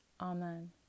Amen